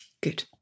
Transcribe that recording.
Good